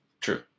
True